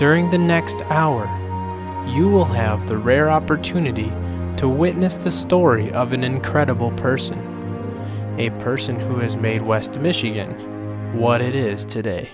during the next hour you will have the rare opportunity to witness the story of an incredible person a person who has made west michigan what it is today